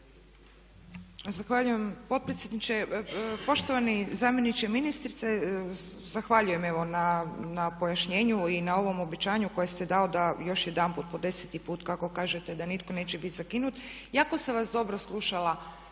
Zahvaljujem potpredsjedniče. Poštovani zamjeniče ministrice, zahvaljujem evo na pojašnjenju i na ovom obećanju koji ste dali da još jedanput po 10-ti put kako kažete da nitko neće biti zakinut. Jako sam vas dobro slušala